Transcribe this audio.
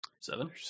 Seven